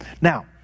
Now